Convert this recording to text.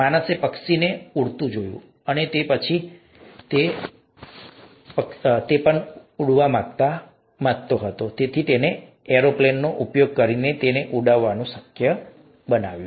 માણસે પક્ષીને ઉડતું જોયું તે અથવા તેણી તે રીતે ઉડવા માંગતી હતી અને તેથી એરોપ્લેનનો ઉપયોગ કરીને તે રીતે ઉડવાનું શક્ય બનાવ્યું